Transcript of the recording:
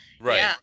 Right